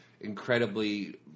incredibly